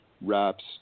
wraps